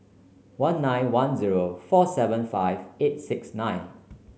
one nine one zero four seven five eight six nine